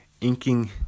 Inking